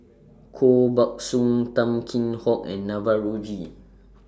Koh Buck Song Tan Kheam Hock and Navroji